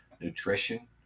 nutrition